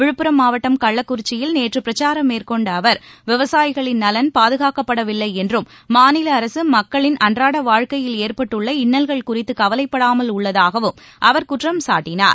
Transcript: விழுப்புரம் மாவட்டம் கள்ளக்குறிச்சியில் நேற்றுபிரச்சாரம் மேற்கொண்டஅவர் விவசாயிகளின் நலன் பாதுகாக்கப்படவில்லைஎன்றும் மாநிலஅரசுமக்களின் அன்றாடவாழ்க்கையில் ஏற்பட்டுள்ள இன்னல்கள் குறித்துகவலைப்படாமல் உள்ளதாகவும் அவர் குற்றம் சாட்டினார்